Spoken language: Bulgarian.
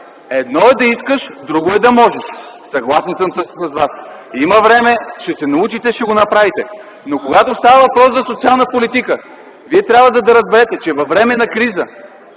едно е да искаш, друго е да можеш. Съгласен съм с Вас, има време, ще се научите, ще го направите. Но когато става въпрос за социална политика, вие трябва да разберете, че във време на криза